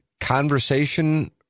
conversation